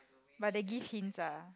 but they give hints ah